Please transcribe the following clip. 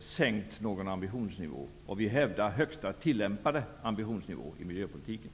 sänkt ambitionsnivån. Vi hävdar högsta tillämpade ambitionsnivå i miljöpolitiken.